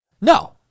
No